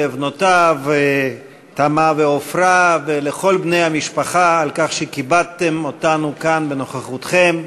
לבנותיו תמה ועפרה ולכל בני המשפחה על כך שכיבדתם אותנו כאן בנוכחותכם.